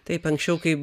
taip anksčiau kai